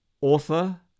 Author